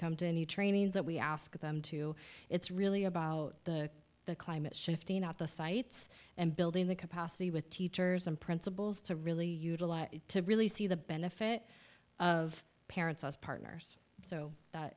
come to any trainings that we ask them to it's really about the the climate shifting out the sites and building the capacity with teachers and principals to really utilize it to really see the benefit of parents as partners so